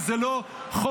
כי זה לא חוק-יסוד.